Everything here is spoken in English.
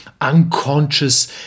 unconscious